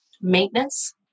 maintenance